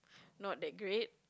not that great